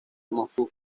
moscú